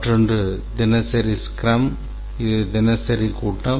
மற்றொன்று தினசரி ஸ்க்ரம் அது தினசரி கூட்டம்